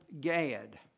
Gad